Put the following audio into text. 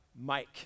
Mike